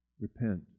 Repent